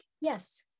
yes